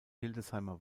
hildesheimer